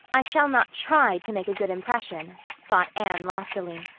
i shall not try to make a good impression, thought anne loftily.